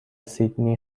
سیدنی